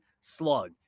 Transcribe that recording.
slug